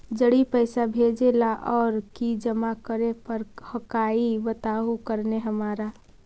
जड़ी पैसा भेजे ला और की जमा करे पर हक्काई बताहु करने हमारा?